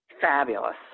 Fabulous